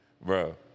Bro